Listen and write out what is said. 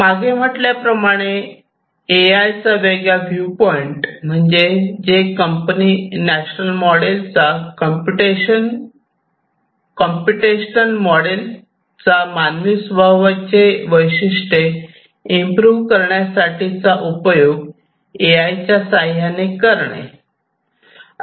मागे म्हटल्याप्रमाणे A I चा वेगळा व्ह्यू पॉइंट म्हणजे जे कंपनी नॅशनल मॉडेल चा कॉम्पिटिशन कॉम्प्युटेशनल मॉडेल्स चा मानवी स्वभावाचे वैशिष्ट्ये इम्प्रू करण्यासाठी चा उपयोग ए आयच्या साह्याने करणे